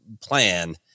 plan